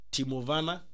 Timovana